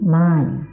mind